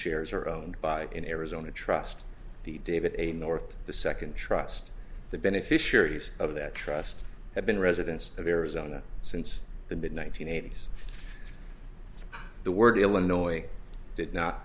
shares are owned by in arizona trust the david a north the second trust the beneficiaries of that trust have been residents of arizona since the mid one nine hundred eighty s the word illinois did not